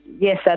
yes